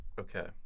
Okay